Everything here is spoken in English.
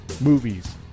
movies